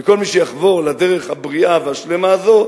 וכל מי שיחבור לדרך הבריאה והשלמה הזו,